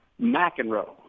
McEnroe